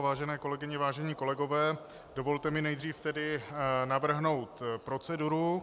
Vážené kolegyně, vážení kolegové, dovolte mi tedy nejdříve navrhnout proceduru.